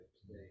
today